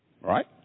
right